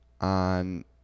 on